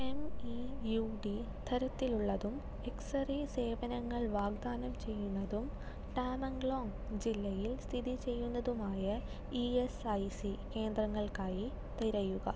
എംഇയുഡി തരത്തിലുള്ളതും X ray സേവനങ്ങൾ വാഗ്ദാനം ചെയ്യുന്നതും ടാമെങ്ലോങ് ജില്ലയിൽ സ്ഥിതി ചെയ്യുന്നതുമായ ഇഎസ്ഐസി കേന്ദ്രങ്ങൾക്കായി തിരയുക